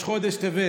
ראש חודש טבת.